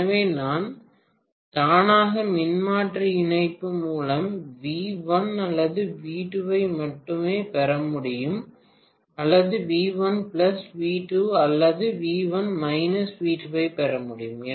எனவே நான் தானாக மின்மாற்றி இணைப்பு மூலம் வி 1 அல்லது வி 2 ஐ மட்டுமே பெற முடியும் அல்லது வி 1 வி 2 அல்லது வி 1 வி 2 ஐப் பெற முடியும்